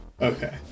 Okay